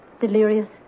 Delirious